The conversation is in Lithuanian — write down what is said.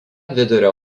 vidurio